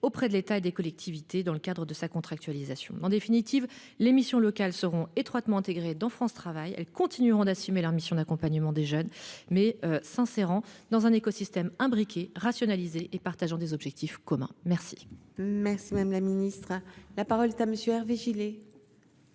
auprès de l'État et des collectivités dans le cadre de la contractualisation. J'y insiste, les missions locales seront étroitement intégrées dans France Travail et continueront d'assumer leurs missions d'accompagnement des jeunes, mais en s'insérant dans un écosystème imbriqué, rationalisé, et en partageant des objectifs communs. La parole est à M. Hervé Gillé,